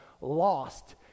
lost